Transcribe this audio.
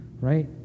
right